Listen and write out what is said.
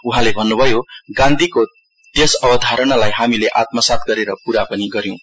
उहाँले भन्नुभयो गान्धीको त्यस अवधारणालाई हामीले आत्मसात गरेर पूरा पनि गऱ्यौं